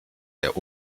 der